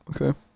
okay